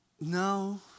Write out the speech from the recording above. No